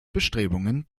bestrebungen